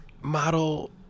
model